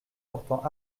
portant